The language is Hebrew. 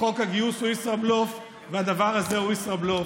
חוק הגיוס הוא ישראבלוף והדבר הזה הוא ישראבלוף.